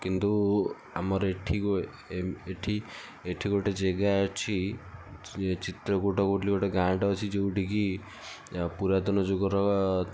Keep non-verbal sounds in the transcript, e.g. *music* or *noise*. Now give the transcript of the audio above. କିନ୍ତୁ ଆମର ଏଠି *unintelligible* ଏଠି ଏଠି ଗୋଟେ ଜାଗା ଅଛି ଚିତ୍ରକୂଟ ବୋଲି ଗୋଟେ ଗାଁଟେ ଅଛି ଯେଉଁଠି କି ପୁରାତନ ଯୁଗର